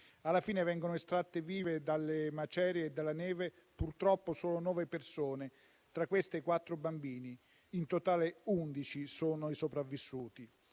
Alla fine vengono estratte vive dalle macerie e dalla neve, purtroppo, solo nove persone, e tra queste i quattro bambini. In totale, undici sono i sopravvissuti: